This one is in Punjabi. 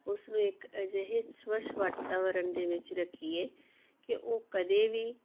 ਉਸਨੂੰ ਇੱਕ ਅਜਿਹੇ ਸਵੱਛ ਵਾਤਾਵਰਨ ਦੇ ਵਿੱਚ ਰੱਖੀਏ ਕਿ ਉਹ ਕਦੇ ਵੀ